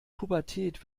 pubertät